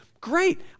Great